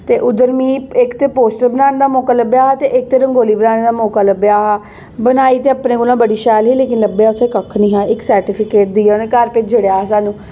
ते उद्धर इक मी इक ते पोस्टर बनाने दा मौका लब्भेआ हा ते इक तरफ रंगोली बनाने दा मौका लब्भेआ हा बनाई ते अपने कोला बड़ी शैल ही लेकिन लब्भेआ उत्थै कक्ख निं हा सर्टिफिकेट देई उ'नें घर भेजी ओड़ेआ हा उ'नें साह्नूं